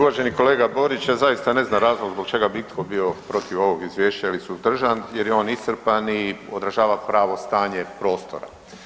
Uvaženi kolega Borić, ja zaista ne znam razlog zbog čega bi itko bio protiv ovog izvješća ili suzdržan jer je on iscrpan i održava pravo stanje prostora.